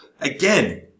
Again